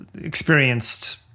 experienced